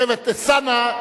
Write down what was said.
בשבט אלסאנע,